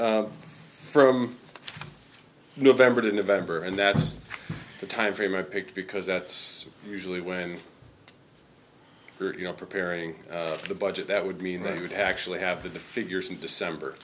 from november to november and that's the time frame i picked because that's usually when you know preparing for the budget that would mean that you would actually have the figures in december